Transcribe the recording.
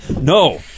no